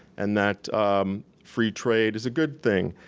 and that free trade is a good thing,